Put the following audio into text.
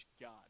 God